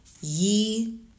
ye